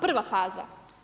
Prva faza.